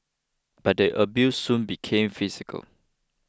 but the abuse soon became physical